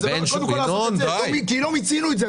קודם כול לעשות את זה כי לא מיצינו את זה.